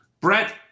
Brett